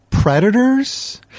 Predators